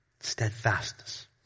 steadfastness